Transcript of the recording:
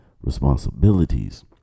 responsibilities